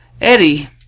Eddie